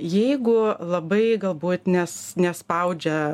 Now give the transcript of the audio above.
jeigu labai galbūt nes nespaudžia